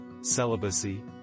Celibacy